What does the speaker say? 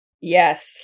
Yes